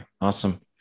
awesome